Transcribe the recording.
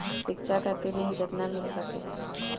शिक्षा खातिर ऋण केतना मिल सकेला?